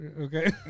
Okay